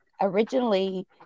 originally